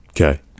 Okay